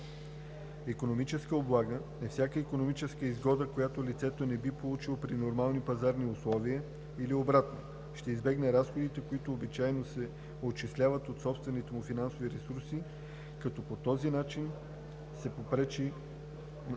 „Икономическа облага“ е всяка икономическа изгода, която лицето не би получило при нормални пазарни условия или обратно – ще избегне разходите, които обичайно се отчисляват от собствените му финансови ресурси, като по този начин се попречи